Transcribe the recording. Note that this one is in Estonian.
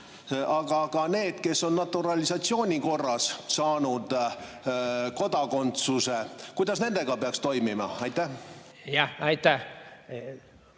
ka need, kes on naturalisatsiooni korras saanud kodakondsuse. Kuidas nendega peaks toimima? Aitäh! See